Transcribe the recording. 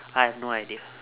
I have no idea